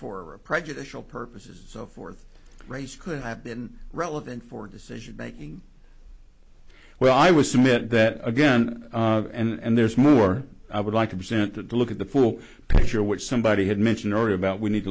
for prejudicial purposes so forth race could have been relevant for decision making when i was submit that again and there's more i would like to present that to look at the full picture which somebody had mentioned earlier about we need